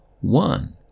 one